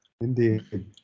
Indeed